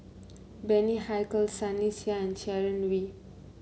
Bani Haykal Sunny Sia and Sharon Wee